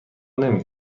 نمی